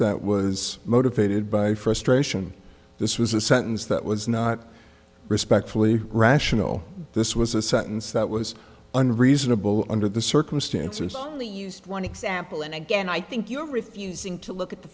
that was motivated by frustration this was a sentence that was not respectfully rational this was a sentence that was an reasonable under the circumstances only used one example and again i think you're refusing to look at the